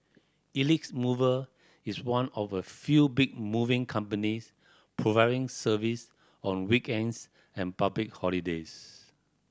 Elite Mover is one of a few big moving companies providing service on weekends and public holidays